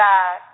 God